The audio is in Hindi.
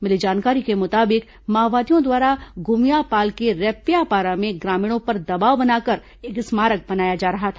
मिली जानकारी के मुताबिक माओवादियों द्वारा गुमियापाल के रैप्यापारा में ग्रामीणों पर दबाव बनाकर एक स्मारक बनाया जा रहा था